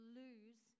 lose